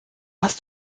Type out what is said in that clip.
hast